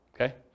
Okay